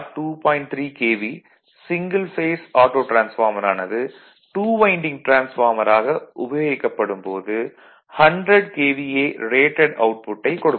3 KV single phase auto transformer ஆனது 2 winding transformer ஆக உபயோகிக்கப்படும் போது 100 KVA ரேடட் அவுட்புட்டைக் கொடுக்கும்